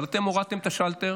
אבל אתם הורדתם את השלטר